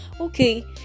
okay